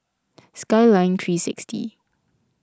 Skyline three sixty